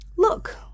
Look